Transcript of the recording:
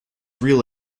real